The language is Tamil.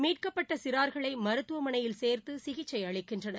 மீட்கப்பட்டசிறார்களைமருத்துவமனையில் சேர்துசிகிச்சைஅளிக்கின்றனர்